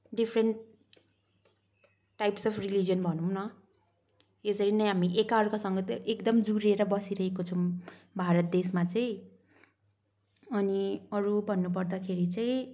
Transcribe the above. different types of religion भनौँ न यसरी नै हामी एकार्कासँग एकदम जोडिएर बसिरहेको छौँ भारत देशमा चाहिँ अनि अरू भन्नु पर्दाखेरि चाहिँ